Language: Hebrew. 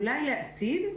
אולי לעתיד.